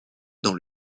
dans